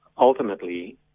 ultimately